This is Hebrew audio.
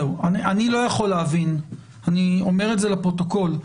אני לא יכול להבין, אני אומר את זה לפרוטוקול,